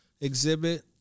exhibit